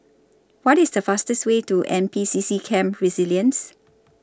What IS The fastest Way to N P C C Camp Resilience